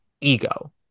ego